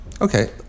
Okay